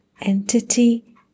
entity